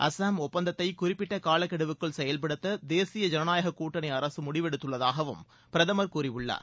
அஸ்ஸாம் ஒப்பந்தத்தை குறிப்பிட்ட காலக்கெடுவுக்குள் செயல்படுத்த தேசிய ஜனநாயகக் கூட்டணி அரசு முடிவெடுத்துள்ளதாகவும் பிரதமர் கூறியுள்ளார்